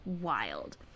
wild